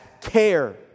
care